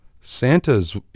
Santa's